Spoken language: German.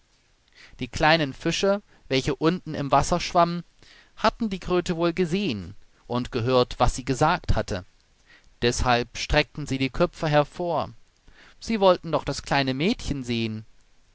die kleinen fische welche unten im wasser schwammen hatten die kröte wohl gesehen und gehört was sie gesagt hatte deshalb streckten sie die köpfe hervor sie wollten doch das kleine mädchen sehen